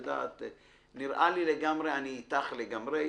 נראה לי שאני אתך לגמרי,